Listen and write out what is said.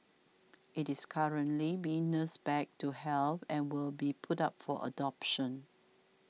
it is currently being nursed back to health and will be put up for adoption